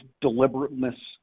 deliberateness